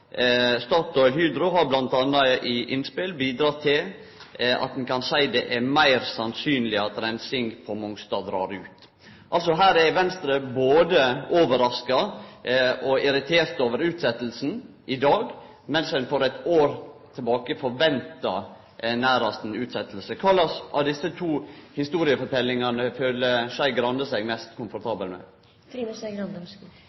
har bl.a. i innspill bidratt til at en kan si at det er mer sannsynlig at det drar ut.» I dag er Venstre både overraska og irritert over utsetjinga, mens ein for eitt år tilbake nærmast forventa ei utsetjing. Kva for ei av desse historieforteljingane føler Skei Grande seg mest